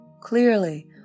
Clearly